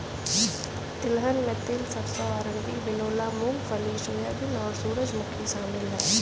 तिलहन में तिल सरसों अरंडी बिनौला मूँगफली सोयाबीन और सूरजमुखी शामिल है